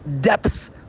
depths